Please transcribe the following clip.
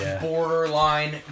borderline